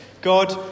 God